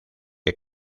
que